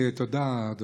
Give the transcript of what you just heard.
תודה על התשובה,